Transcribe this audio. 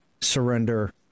surrender